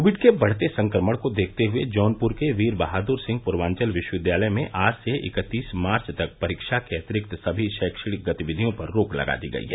Covid के बढ़ते संक्रमण को देखते हुए जौनपुर के वीर बहादुर सिंह पूर्वांचल विश्वविद्यालय में आज से इकतीस मार्च तक परीक्षा के अतिरिक्त सभी शैक्षणिक गतिविधियों पर रोक लगा दी गयी है